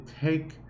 take